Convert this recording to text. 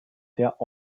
der